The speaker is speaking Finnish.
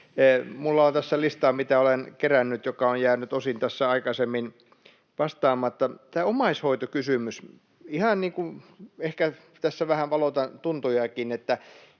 Minulla on tässä listaa, mitä olen kerännyt, niistä, joihin on jäänyt osin tässä aikaisemmin vastaamatta. Tämä omaishoitokysymys. Ehkä tässä vähän valotan tuntojanikin, kun